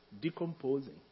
decomposing